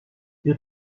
ils